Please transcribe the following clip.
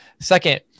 second